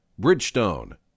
Bridgestone